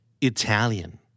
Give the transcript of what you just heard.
Italian